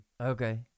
Okay